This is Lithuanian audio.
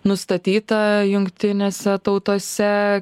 nustatyta jungtinėse tautose